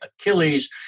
Achilles